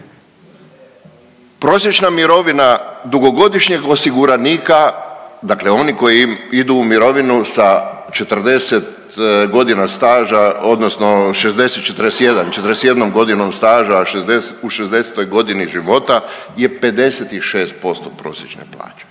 Prosječna mirovina dugogodišnjeg osiguranika, dakle oni koji idu u mirovinu sa 40 godina staža, odnosno 60-41, 41 godinom staža, a u 60. g. života je 56% prosječne plaće.